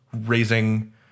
raising